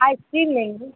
ice cream लेंगे